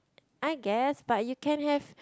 I guess but you can have